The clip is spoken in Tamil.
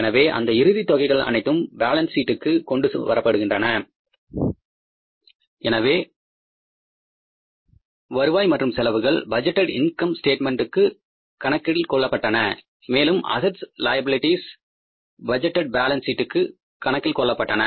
எனவே அந்த இறுதி தொகைகள் அனைத்தும் பேலன்ஸ் ஷீட்டுக்கு கொண்டு வரப்பட்டன எனவே வருவாய் மற்றும் செலவுகள் பட்ஜெட்டேட் இன்கம் ஸ்டேட்மென்டுக்கு கணக்கில்கொள்ளப்பட்டன மேலும் அசெட்ஸ் மற்றும் லைபிலிட்டிஸ் பட்ஜெட்டேட் பேலன்ஸ் ஷீட்டுக்கு கணக்கில்கொள்ளப்பட்டன